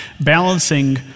balancing